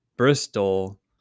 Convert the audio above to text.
Bristol